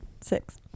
six